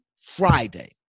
Friday